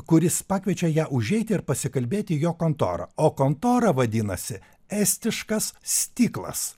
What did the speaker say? kuris pakviečia ją užeiti ir pasikalbėti į jo kontorą o kontora vadinasi estiškas stiklas